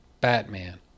Batman